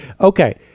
okay